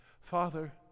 Father